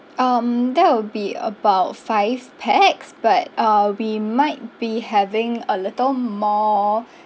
um that will be about five pax but uh we might be having a little more